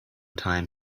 time